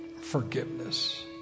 forgiveness